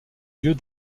lieux